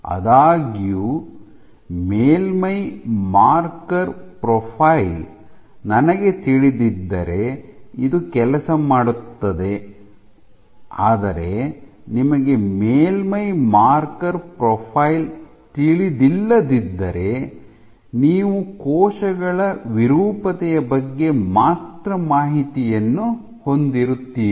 ಆದಾಗ್ಯೂ ಮೇಲ್ಮೈ marker profile ನನಗೆ ತಿಳಿದಿದ್ದರೆ ಇದು ಕೆಲಸ ಮಾಡುತ್ತದೆ ಆದರೆ ನಿಮಗೆ ಮೇಲ್ಮೈ ಮಾರ್ಕರ್ ಪ್ರೊಫೈಲ್ ತಿಳಿದಿಲ್ಲದಿದ್ದರೆ ನೀವು ಕೋಶಗಳ ವಿರೂಪತೆಯ ಬಗ್ಗೆ ಮಾತ್ರ ಮಾಹಿತಿಯನ್ನು ಹೊಂದಿರುತ್ತೀರಿ